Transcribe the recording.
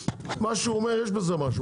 מה שהוא אומר יש בזה משהו,